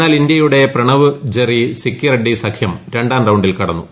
എന്നാൽ ഇന്ത്യയുടെ പ്രണവ് ജെറി സിക്കി റെഡി സഖ്യം രൂ ാം റൌ ിൽ കടന്നു